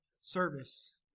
service